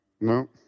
no